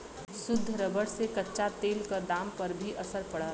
शुद्ध रबर से कच्चा तेल क दाम पर भी असर पड़ला